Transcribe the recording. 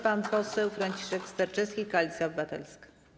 Pan poseł Franciszek Sterczewski, Koalicja Obywatelska.